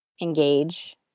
engage